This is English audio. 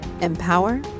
empower